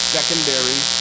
Secondary